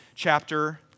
chapter